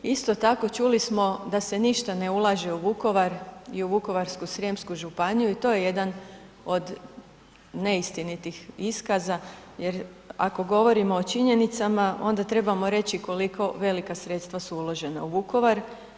Isto tako čuli smo da se ništa ne ulaže u Vukovar i u Vukovarsku-srijemsku županiju i to je jedan od neistinitih iskaza, jer ako govorimo o činjenicama onda trebamo reći koliko velika sredstava su uložena u Vukovar.